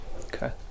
Okay